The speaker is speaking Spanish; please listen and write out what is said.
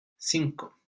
cinco